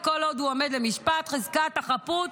וכל עוד הוא עומד למשפט חזקת החפות